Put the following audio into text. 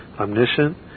omniscient